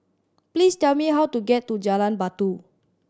please tell me how to get to Jalan Batu